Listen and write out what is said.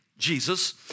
Jesus